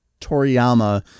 Toriyama